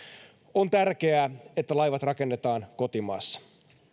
on tärkeää että laivat rakennetaan kotimaassa